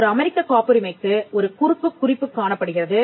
ஒரு அமெரிக்க காப்புரிமைக்கு ஒரு குறுக்குக் குறிப்பு காணப்படுகிறது